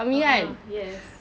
a'ah yes